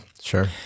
Sure